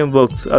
works